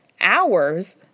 hours